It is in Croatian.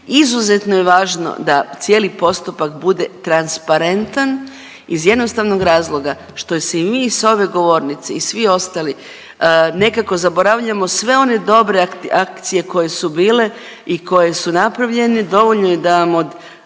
Izuzetno je važno da cijeli postupak bude transparentan iz jednostavnog razloga što si mi s ove govornice i svi ostali nekako zaboravljamo sve one dobre akcije koje su bile i koje su napravljene, dovoljno je da vam od,